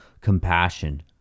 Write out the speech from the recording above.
compassion